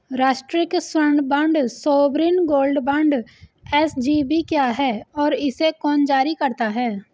राष्ट्रिक स्वर्ण bond sovereign gold bond SGB क्या है और इसे कौन जारी करता है?